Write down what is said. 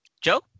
Joe